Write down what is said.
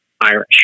Irish